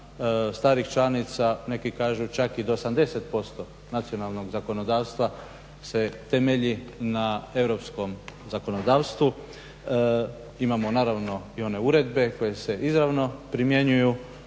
starih članica, neki kažu čak i do 80% nacionalnog zakonodavstva se temelji na europskom zakonodavstvu. Imamo naravno i one uredbe koje se izravno primjenjuju